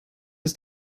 ist